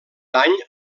dany